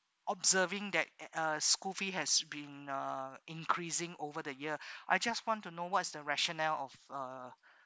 observing that uh school fee has been uh increasing over the yeas I just want to know what's the rationale of uh